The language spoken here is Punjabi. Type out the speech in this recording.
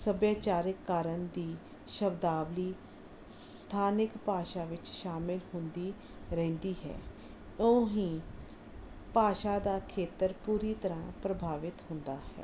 ਸੱਭਿਆਚਾਰਕ ਕਾਰਨ ਦੀ ਸ਼ਬਦਾਵਲੀ ਸਥਾਨਿਕ ਭਾਸ਼ਾ ਵਿੱਚ ਸ਼ਾਮਿਲ ਹੁੰਦੀ ਰਹਿੰਦੀ ਹੈ ਓਹੀ ਭਾਸ਼ਾ ਦਾ ਖੇਤਰ ਪੂਰੀ ਤਰ੍ਹਾਂ ਪ੍ਰਭਾਵਿਤ ਹੁੰਦਾ ਹੈ